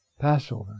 Passover